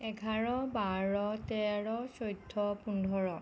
এঘাৰ বাৰ তেৰ চৈধ্য পোন্ধৰ